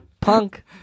Punk